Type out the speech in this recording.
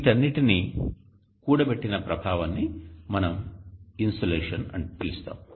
వీటన్నింటినీ కూడబెట్టిన ప్రభావాన్ని మనం ఇన్సోలేషన్ అని పిలుస్తాము